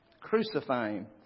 Crucifying